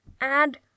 add